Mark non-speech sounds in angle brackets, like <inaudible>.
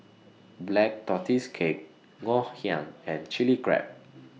Black Tortoise Cake Ngoh Hiang and <noise> Chili Crab